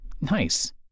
Nice